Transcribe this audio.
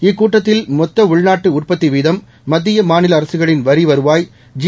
இக்கூட்டத்தில் மொத்த உள்நாட்டு உற்பத்தி வீதம் மத்திய மாநில அரசுகளின் வரி வருவாய் ஜி